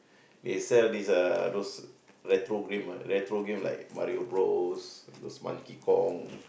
they sell this uh those retro game ah retro game like Mario-Bros those Monkey-Kong